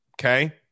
Okay